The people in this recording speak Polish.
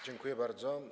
Dziękuję bardzo.